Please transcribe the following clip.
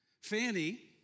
Fanny